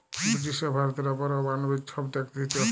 ব্রিটিশরা ভারতের অপর অমালবিক ছব ট্যাক্স দিত